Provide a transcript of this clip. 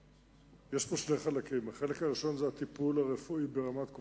יש פה שני חלקים: החלק הראשון הוא הטיפול הרפואי ברמת קופת-חולים,